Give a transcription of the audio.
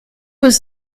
was